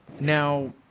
Now